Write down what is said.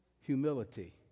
humility